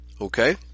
okay